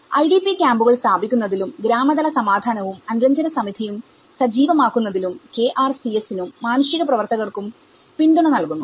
IDP ക്യാമ്പുകൾ സ്ഥാപിക്കുന്നതിലുംഗ്രാമതല സമാദാനവുംഅനുരഞ്ജന സമിതിയും സജീവമാക്കുന്നതിലും KRCS നും മാനുഷികപ്രവർത്തകാർക്കും പിന്തുണ നൽകുന്നു